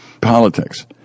Politics